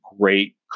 great